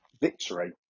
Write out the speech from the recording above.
victory